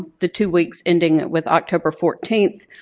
the two weeks ending with october fourteenth,